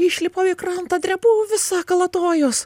išlipu į krantą drebu visa kaltojuos